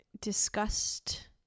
discussed